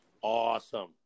awesome